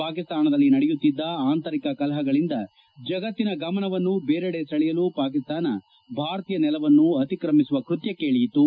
ಪಾಕಿಸ್ತಾನದಲ್ಲಿ ನಡೆಯುತ್ತಿದ್ದ ಆಂತರಿಕ ಕಲಹಗಳಿಂದ ಜಗತ್ತಿನ ಗಮನವನ್ನು ಬೇರೆಡೆ ಸೆಳೆಯಲು ಪಾಕಿಸ್ತಾನ ಭಾರತೀಯ ನೆಲವನ್ನು ಅತಿಕ್ರಮಿಸುವ ಕೃತ್ಯಕ್ಲೆ ಇಳಿಯಿತು